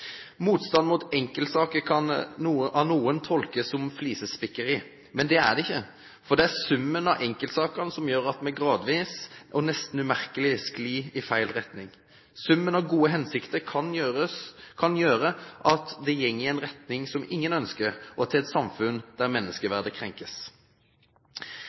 Motstanden mot enkeltsaker kan av noen tolkes som flisespikkeri. Men det er det ikke! For det er summen av enkeltsaker som gjør at vi gradvis og nesten umerkelig sklir i feil retning. Summen av gode hensikter kan gjøre at det går i en retning som ingen ønsker, og til et samfunn der